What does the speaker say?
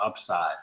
upside